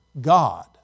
God